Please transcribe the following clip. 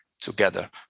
together